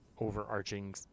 overarching